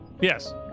yes